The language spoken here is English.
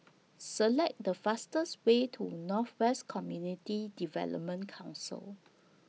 Select The fastest Way to North West Community Development Council